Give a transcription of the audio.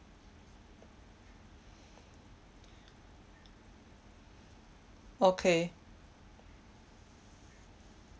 okay